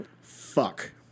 fuck